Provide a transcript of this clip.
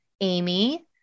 Amy